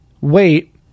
wait